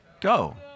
Go